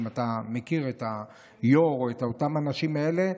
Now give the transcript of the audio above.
אם אתה מכיר את היו"ר או את האנשים האלה,